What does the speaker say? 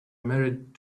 married